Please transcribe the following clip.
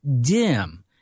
dim